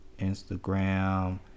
Instagram